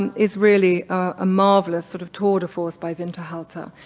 and is really a marvelous sort of tour de force by winterhalter.